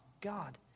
god